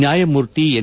ನ್ಯಾಯಮೂರ್ತಿ ಎನ್